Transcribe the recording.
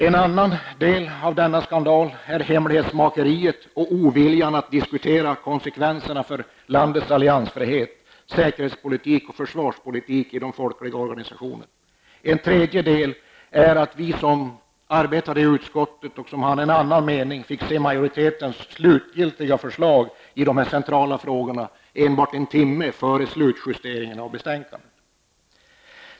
En annan del av denna skandal är hemlighetsmakeriet och oviljan att diskutera konsekvenserna för landets alliansfrihet, säkerhetspolitik och försvarspolitik i de folkliga organisationerna. En tredje del är att vi som arbetar i utskottet och som hade en annan mening fick se majoritetens slutgiltiga förslag i de centrala frågorna först en timme före slutjusteringen av betänkandet.